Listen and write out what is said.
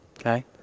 okay